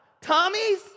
Tommy's